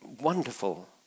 wonderful